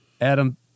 Adam